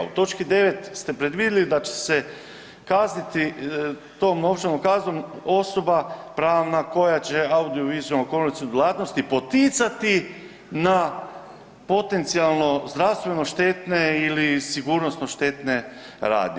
U točki 9. ste predvidjeli da će se kazniti tom novčanom kaznom osoba pravna koja će audio-vizualnu … djelatnost poticati na potencijalno zdravstveno štetne ili sigurnosno-štetne radnje.